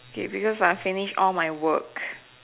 okay because I finish all my work